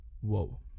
Whoa